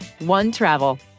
OneTravel